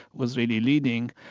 was really leading.